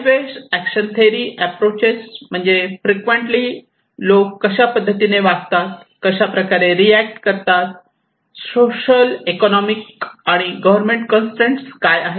काहीवेळेस action theory approaches म्हणजे frequently लोक कशा पद्धतीने वागतात कशाप्रकारे रियाक्ट करतात सोशल इकॉनोमिक आणि गव्हर्मेंट कंसट्रेन काय आहेत